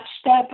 step